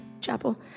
chapel